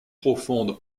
profondes